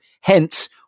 Hence